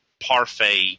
parfait